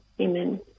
amen